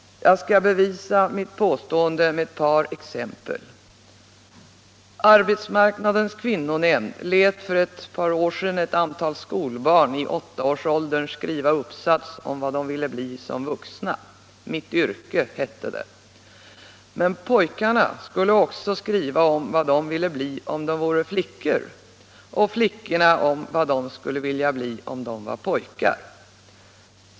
Jag skall bevisa mitt påstående med ett par exempel. Arbetsmarknadens kvinnonämnd lät för ett år sedan ett antal skolbarn i åttaårsåldern skriva uppsats om vad de ville bli som vuxna. ”Mitt yrke” var rubriken. Men pojkarna skulle också skriva om vad de ville bli om de vore flickor och flickorna om vad de ville bli ifall de vore pojkar.